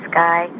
Sky